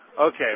Okay